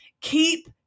keep